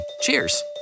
Cheers